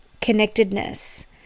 connectedness